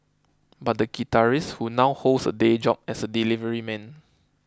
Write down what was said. but the guitarist who now holds a day job as a delivery man